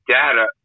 data